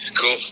cool